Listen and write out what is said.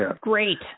Great